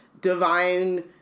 divine